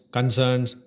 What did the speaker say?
Concerns